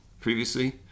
previously